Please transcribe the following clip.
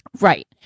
right